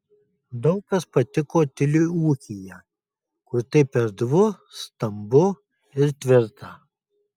daug kas patiko tiliui ūkyje kur taip erdvu stambu ir tvirta